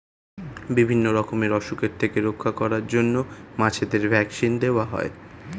বিভিন্ন রকমের অসুখের থেকে রক্ষা করার জন্য মাছেদের ভ্যাক্সিন দেওয়া হয়